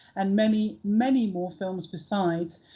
and many, many more films besides,